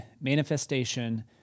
manifestation